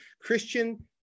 Christian